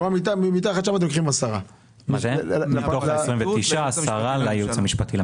משם אתם לוקחים 10. מתוך ה-29, 10 לייעוץ המשפטי.